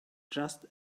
just